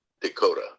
Dakota